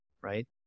right